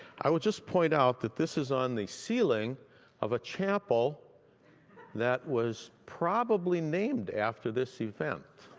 i would just point out that this is on the ceiling of a chapel that was probably named after this event.